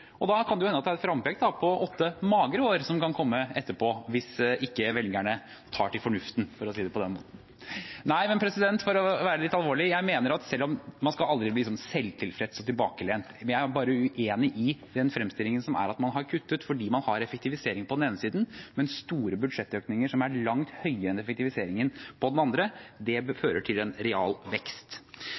og det kan hende det er et frampek om at det kan komme åtte magre år etterpå hvis ikke velgerne tar til fornuften, for å si det på den måten. Men for å være litt alvorlig: Jeg mener at man aldri skal bli selvtilfreds og tilbakelent, jeg er bare uenig i fremstillingen om at man har kuttet, fordi man på den ene siden har effektivisering, men store budsjettøkninger som er langt høyere enn effektiviseringen, på den andre. Det bør føre til en